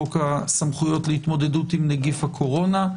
חוק הסמכויות להתמודדות עם נגיף הקורונה.